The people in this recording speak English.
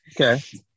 Okay